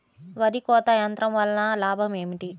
వరి కోత యంత్రం వలన లాభం ఏమిటి?